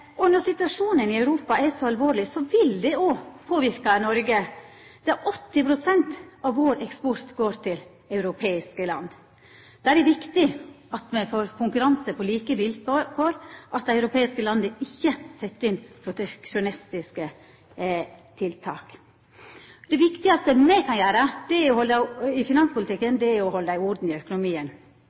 Når situasjonen i Europa er så alvorleg, vil det òg påverka Noreg, sidan 80 pst. av vår eksport går til europeiske land. Da er det viktig at me får konkurranse på like vilkår, og at dei europeiske landa ikkje set inn proteksjonistiske tiltak. Det viktigaste me kan gjera i finanspolitikken, er å halda orden i økonomien. Rentenivået i Europa vil liggja berre litt over 0 pst. i